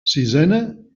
sisena